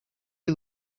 you